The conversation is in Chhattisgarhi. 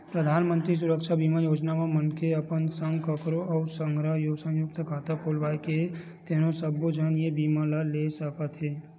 परधानमंतरी सुरक्छा बीमा योजना म मनखे अपन संग कखरो अउ के संघरा संयुक्त खाता खोलवाए हे तेनो सब्बो झन ए बीमा ल ले सकत हे